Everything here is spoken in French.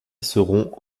seront